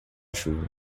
chuva